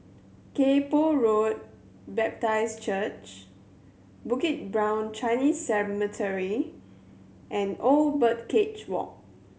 Kay Poh Road Baptist Church Bukit Brown Chinese Cemetery and Old Birdcage Walk